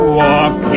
walk